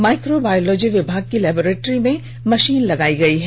micro biology विभाग की laboratory में मषीन लगाई गई है